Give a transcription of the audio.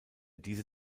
diese